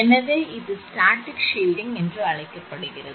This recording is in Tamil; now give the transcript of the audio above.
எனவே இது ஸ்டாடிக் ஷில்ட்டிங் என்று அழைக்கப்படுகிறது